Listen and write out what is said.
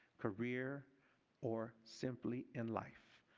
career or simply in life.